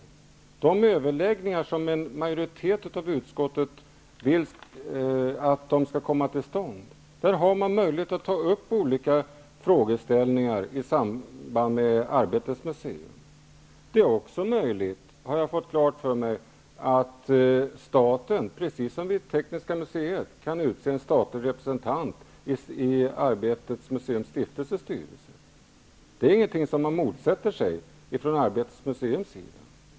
I de överläggningar som en majoritet i utskottet vill ha till stånd har man möjlighet att ta upp olika frågor som gäller Arbetets museum. Det är också möjligt, har jag fått klart för mig, för staten att, precis som när det gäller Tekniska museet, utse en statlig representant i Arbetets museums stiftelses styrelse. Det är ingenting som man motsätter sig från Arbetets museums sida.